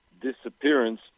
disappearance